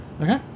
Okay